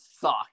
suck